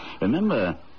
remember